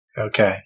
Okay